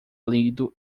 lido